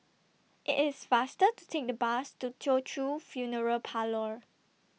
IT IS faster to Take The Bus to Teochew Funeral Parlour